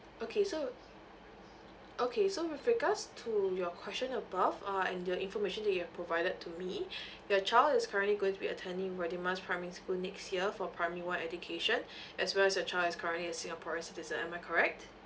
okay so okay so with regards to your question above uh and the information that you have provided to me your child is currently going to be attending radin mas primary school next year for primary one education as well as your child is currently a singaporean citizen am I correct